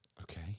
Okay